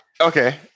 Okay